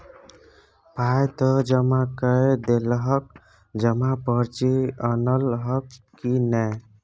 पाय त जमा कए देलहक जमा पर्ची अनलहक की नै